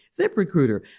ZipRecruiter